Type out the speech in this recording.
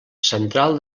central